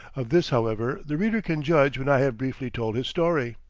of this, however, the reader can judge when i have briefly told his story.